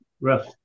rough